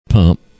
pump